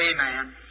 Amen